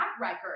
record